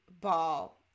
ball